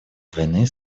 двойные